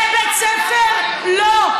בבית ספר, לא.